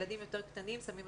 ילדים יותר קטנים עוטים מסכות.